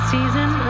Season